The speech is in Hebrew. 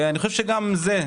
גם זה,